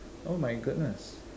oh my goodness